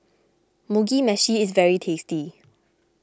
Mugi Meshi is very tasty